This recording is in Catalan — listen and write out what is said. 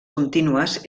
contínues